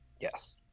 Yes